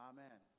Amen